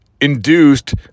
induced